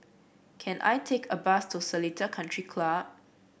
can I take a bus to Seletar Country Club